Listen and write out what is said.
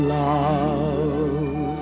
love